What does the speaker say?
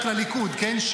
40 רק לליכוד, כן?